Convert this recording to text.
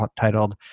titled